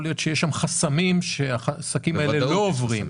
יכול להיות שיש שם חסמים שבגללם העסקים האלה לא עוברים.